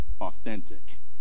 authentic